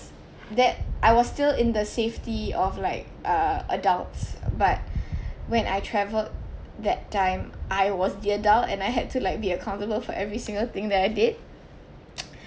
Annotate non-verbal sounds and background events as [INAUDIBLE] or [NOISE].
that I was still in the safety of like uh adults but when I travelled that time I was the adult and I had to like be accountable for every single thing that I did [NOISE] uh